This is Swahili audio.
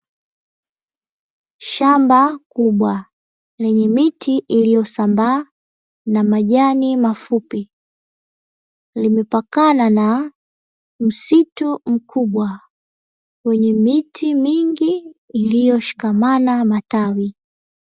Shamba kubwa lenye miti iliyosambaa na majani mafupi, limepakana na msitu mkubwa wenye miti mingi iliyoshikamana matawi.